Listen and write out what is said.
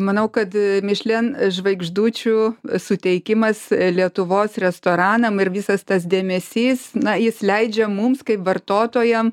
manau kad mišlin žvaigždučių suteikimas lietuvos restoranam ir visas tas dėmesys na jis leidžia mums kaip vartotojam